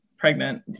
pregnant